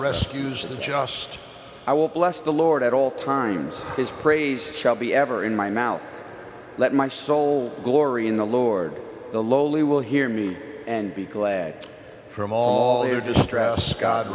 rescues the just i will bless the lord at all times his praise shall be ever in my mouth let my soul glory in the lord the lowly will hear me and be glad for all your distress god